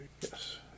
Yes